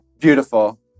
Beautiful